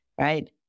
right